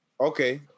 Okay